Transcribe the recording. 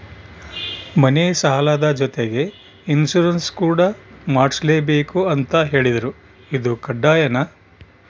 ಮನೆ ಸಾಲದ ಜೊತೆಗೆ ಇನ್ಸುರೆನ್ಸ್ ಕೂಡ ಮಾಡ್ಸಲೇಬೇಕು ಅಂತ ಹೇಳಿದ್ರು ಇದು ಕಡ್ಡಾಯನಾ?